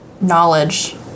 knowledge